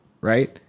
right